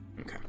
Okay